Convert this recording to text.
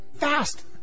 fast